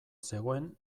zegoen